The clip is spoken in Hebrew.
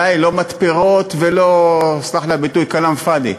די, לא מתפרות ולא, סלח לי על הביטוי, כלאם פאד'י.